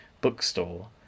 bookstore